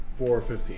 415